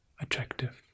attractive